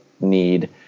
need